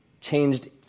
changed